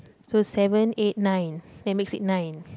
so seven eight nine that makes it nine